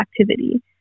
activity